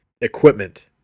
equipment